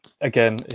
Again